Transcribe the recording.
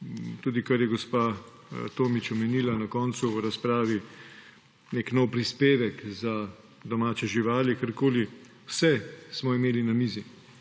tudi kar je gospa Tomić omenila na koncu v razpravi, nek nov prispevek za domače živali, karkoli, vse smo imeli na mizi.